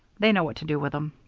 they know what to do with em.